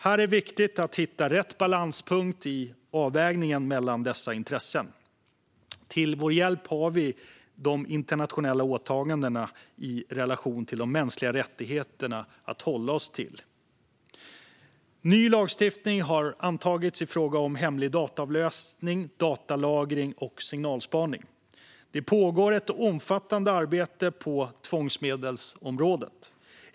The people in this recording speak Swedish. Det är viktigt att hitta rätt balanspunkt i avvägningen mellan dessa intressen. Till vår hjälp har vi de internationella åtagandena i relation till de mänskliga rättigheterna att hålla oss till. Ny lagstiftning har antagits i fråga om hemlig dataavläsning, datalagring och signalspaning. Det pågår ett omfattande arbete på tvångsmedelsområdet.